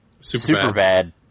Superbad